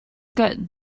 good